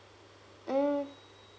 mm